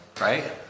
right